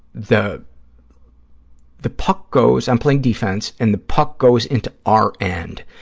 the the puck goes, i'm playing defense, and the puck goes into our end.